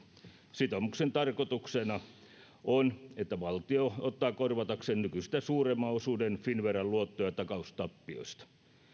sitoumuksen tarkoituksena on että valtio ottaa korvatakseen nykyistä suuremman osuuden finnveran luotto ja takaustappioista